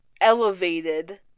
elevated